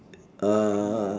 uh